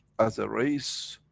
as a race.